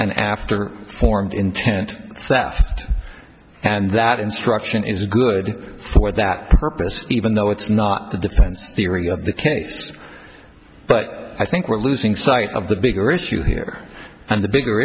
an after formed intent and that instruction is good for that purpose even though it's not the defense theory of the case but i think we're losing sight of the bigger issue here and the bigger